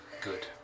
Good